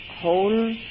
whole